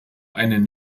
einen